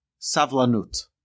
savlanut